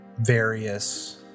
various